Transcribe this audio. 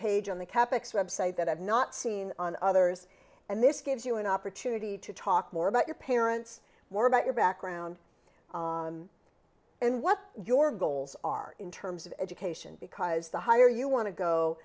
page on the capek's web site that i've not seen on others and this gives you an opportunity to talk more about your parents more about your background and what your goals are in terms of education because the higher you want to go